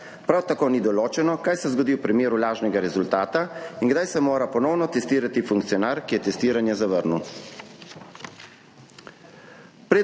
Prav tako ni določeno, kaj se zgodi v primeru lažnega rezultata in kdaj se mora ponovno testirati funkcionar, ki je testiranje zavrnil.